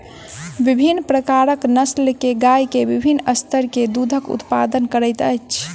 विभिन्न प्रकारक नस्ल के गाय के विभिन्न स्तर के दूधक उत्पादन करैत अछि